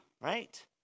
right